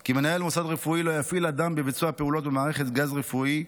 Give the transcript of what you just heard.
כי מנהל מוסד רפואי לא יפעיל אדם בביצוע פעולות במערכת גז רפואי,